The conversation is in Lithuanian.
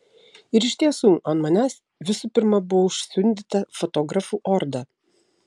ir iš tiesų ant manęs visų pirma buvo užsiundyta fotografų orda